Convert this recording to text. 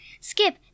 Skip